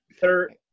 Third